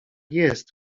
jest